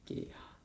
okay